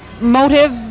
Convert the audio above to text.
motive